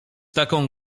taką